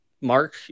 mark